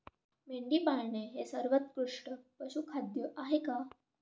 मेंढी पाळणे हे सर्वोत्कृष्ट पशुखाद्य आहे का?